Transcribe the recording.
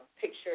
picture